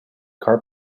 car